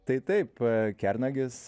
tai taip kernagis